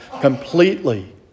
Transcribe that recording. completely